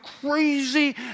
crazy